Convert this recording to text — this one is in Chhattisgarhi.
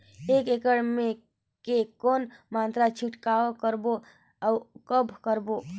एक एकड़ मे के कौन मात्रा छिड़काव करबो अउ कब करबो?